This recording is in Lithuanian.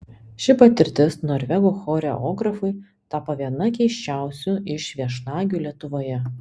ši patirtis norvegų choreografui tapo viena keisčiausių iš viešnagių lietuvoje